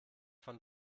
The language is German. von